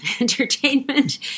entertainment